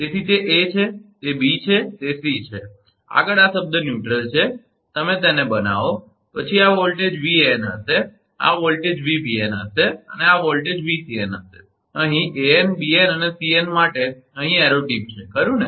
તેથી તે 𝑎 છે તે 𝑏 છે તે 𝑐 છે આગળ આ શબ્દ ન્યુટ્રલ છે તમે તેને બનાવો પછી આ વોલ્ટેજ 𝑉𝑎𝑛 હશે આ વોલ્ટેજ 𝑉𝑏𝑛 હશે અને આ વોલ્ટેજ 𝑉𝑐𝑛 હશે અહીં 𝑎𝑛 𝑏𝑛 અને 𝑐𝑛 માટે અહીં એરો ટીપ છે ખરું ને